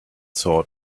sort